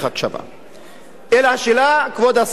אלא השאלה, כבוד השר, ואת זה צריך לציין,